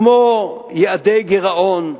כמו יעדי גירעון,